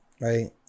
right